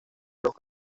los